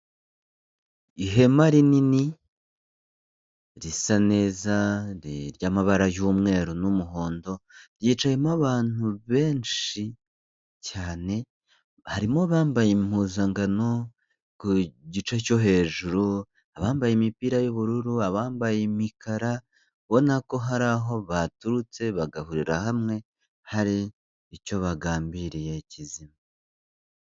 Ihema rinini risa neza ry'amabara y'umweru n'umuhondo ryicayemo abantu benshi cyane harimo bambaye impuzangano ku gice cyo hejuru, abambaye imipira y'ubururu, abambaye imikara ubona ko hari aho baturutse bagahurira hamwe hari icyo bagambiriye kizima.